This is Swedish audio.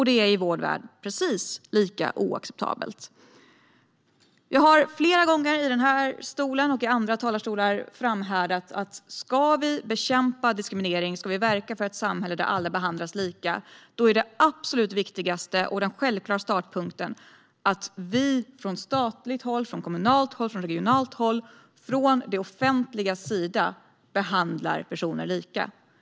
Detta är i vår värld precis lika oacceptabelt. Jag har flera gånger i denna och andra talarstolar framhållit att det absolut viktigaste och den självklara startpunkten om vi vill bekämpa diskriminering och verka för ett samhälle där alla behandlas lika är att vi från statligt, kommunalt och regionalt håll, det vill säga från det offentligas sida, behandlar personer lika.